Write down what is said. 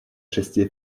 шести